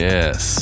Yes